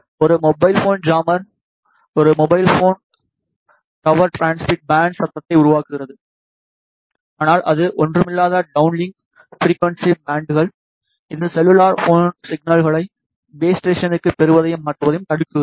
ஒரு mobile phone jammer ஒரு mobile phone tower transmit பேண்டுகளில் சத்தத்தை உருவாக்குகிறது ஆனால் அது ஒன்றுமில்லாத டவுன்லிங்க் ஃபிரிக்குவன்ஸி பேண்டுகள் இது செல்லுலார் ஃபோன் சிக்னல்களை பேஸ் ஸ்டேஷனுக்கு பெறுவதையும் மாற்றுவதையும் தடுக்கிறது